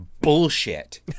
bullshit